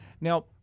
Now